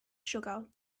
sugar